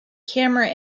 camera